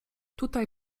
tutaj